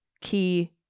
key